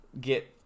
get